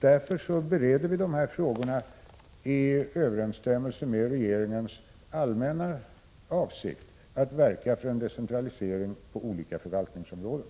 Därför bereder vi dessa frågor i överensstämmelse med regeringens allmänna avsikt att verka för en decentralisering på olika förvaltningsområden.